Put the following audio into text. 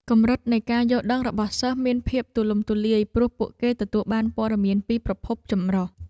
កម្រិតនៃការយល់ដឹងរបស់សិស្សមានភាពទូលំទូលាយព្រោះពួកគេទទួលបានព័ត៌មានពីប្រភពចម្រុះ។